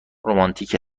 رومانتیک